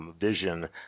vision